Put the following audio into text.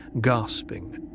gasping